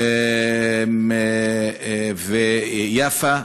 ג'סר-א-זרקא ויפו,